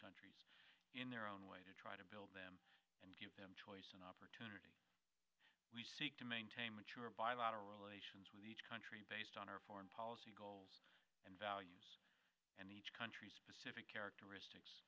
countries in their own way to try to build them and give them choice and opportunity we seek to maintain mature bilateral relations with each country based on our foreign policy goals and values and each country specific characteristics